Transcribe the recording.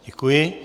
Děkuji.